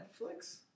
Netflix